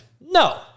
No